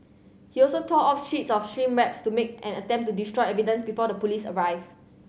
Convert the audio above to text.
he also tore off sheets of shrink wraps to make an attempt to destroy evidence before the police arrive